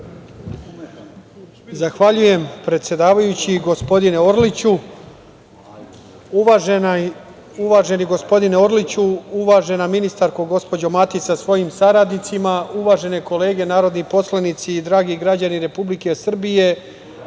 Zahvaljujem predsedavajući gospodine Orliću. Uvaženi gospodine Orliću, uvažena ministarko gospođo Matić sa svojim saradnicima, uvažene kolege narodni poslanici i dragi građani Republike Srbije,